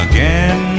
Again